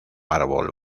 árbol